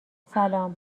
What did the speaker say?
سلام